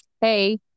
Hey